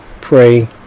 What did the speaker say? pray